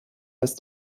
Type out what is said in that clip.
ist